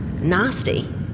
Nasty